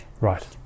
Right